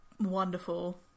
wonderful